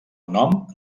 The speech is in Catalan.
nom